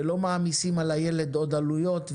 שלא מעמיסים על הילד עוד עלויות.